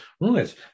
right